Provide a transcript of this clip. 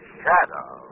shadow